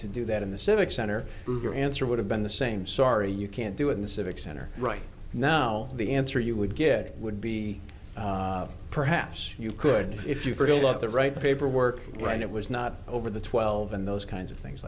to do that in the civic center your answer would have been the same sorry you can't do in the civic center right now the answer you would get would be perhaps you could if you forgot the right paperwork right it was not over the twelve and those kinds of things